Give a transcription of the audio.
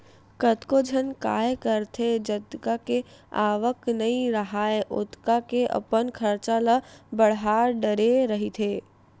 कतको झन काय करथे जतका के आवक नइ राहय ओतका के अपन खरचा ल बड़हा डरे रहिथे